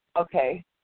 Okay